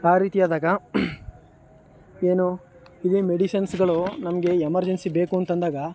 ಆ ರೀತಿ ಆದಾಗ ಏನು ಇದೇ ಮೆಡಿಸಿನ್ಸ್ಗಳು ನಮಗೆ ಎಮರ್ಜೆನ್ಸಿ ಬೇಕು ಅಂತಂದಾಗ